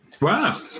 Wow